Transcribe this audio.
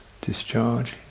discharge